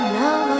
now